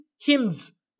hymns